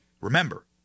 Remember